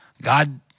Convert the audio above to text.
God